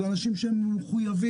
אלה אנשים שהם מחויבים,